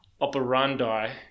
operandi